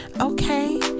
Okay